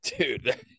Dude